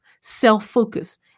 self-focus